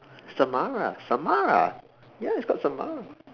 Samara Samara ya it's called Samara